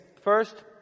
First